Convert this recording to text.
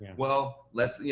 well, let's, you